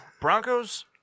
Broncos